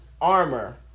armor